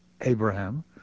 Abraham